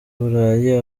burayi